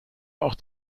auch